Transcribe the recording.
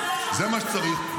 זה מה שצריך,